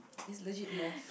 it's legit math